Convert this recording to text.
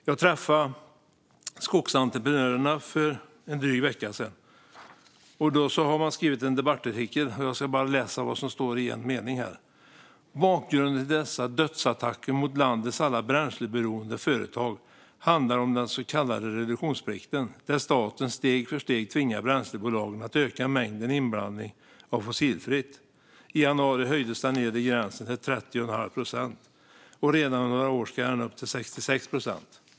Jag träffade Skogsentreprenörerna för en dryg vecka sedan. Man har skrivit en debattartikel. Jag ska läsa vad som står: "Bakgrunden till dessa dödsattacker mot landets alla bränsleberoende företag handlar om den så kallade reduktionsplikten - där staten steg för steg tvingar bränslebolagen att öka mängden inblandning av fossilfritt. I januari höjdes den nedre gränsen till 30,5 procent - och redan om några år ska den upp till 66 procent!"